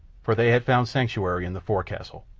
for they had found sanctuary in the forecastle.